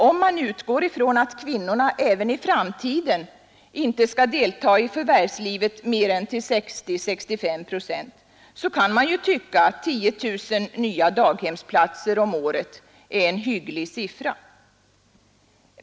Om man utgår från att kvinnorna inte heller i framtiden skall delta i förvärvslivet mer än till 60—65 procent, kan man självfallet tycka att 10 000 nya daghemsplatser om året är en hygglig siffra.